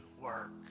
work